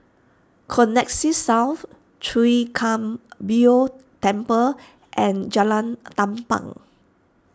Connexis South Chwee Kang Beo Temple and Jalan Tampang